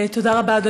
תודה רבה,